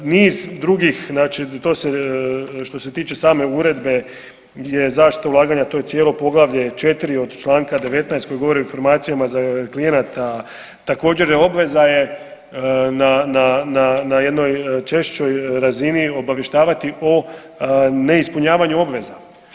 Niz drugih znači što se tiče same uredbe gdje je zaštita ulaganja to je cijelo poglavlje 4 od čl. 19. koji govori o informacijama klijenata također je obveza je na jednoj češćoj razini obavještavati o neispunjavanju obveza.